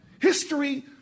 History